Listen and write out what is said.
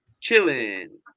Chilling